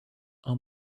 are